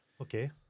Okay